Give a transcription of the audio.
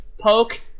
poke